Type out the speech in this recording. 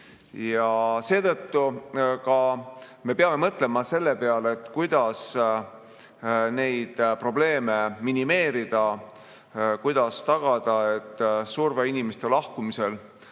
Seetõttu me peame mõtlema selle peale, kuidas neid probleeme minimeerida, kuidas tagada, et surve inimeste lahkumisele